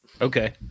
Okay